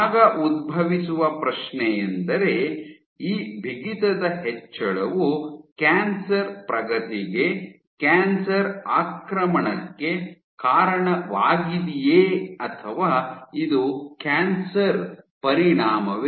ಆಗ ಉದ್ಭವಿಸುವ ಪ್ರಶ್ನೆಯೆಂದರೆ ಈ ಬಿಗಿತದ ಹೆಚ್ಚಳವು ಕ್ಯಾನ್ಸರ್ ನ ಪ್ರಗತಿಗೆ ಕ್ಯಾನ್ಸರ್ ಆಕ್ರಮಣಕ್ಕೆ ಕಾರಣವಾಗಿದೆಯೇ ಅಥವಾ ಇದು ಕ್ಯಾನ್ಸರ್ ಪರಿಣಾಮವೇ